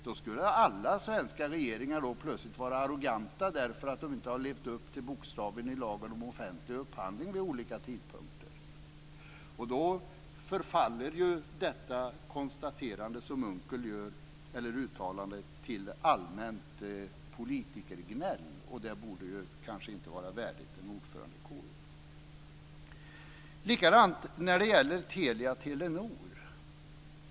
Därmed skulle alla svenska regeringar plötsligt betraktas som arroganta eftersom de inte har levt upp till bokstaven i lagen om offentlig upphandling vid olika tidpunkter. I annat fall förfaller Unckels uttalande till att vara allmänt politikergnäll, vilket kanske inte är värdigt en ordförande i KU. Likadant är det när det gäller Telia och Telenor.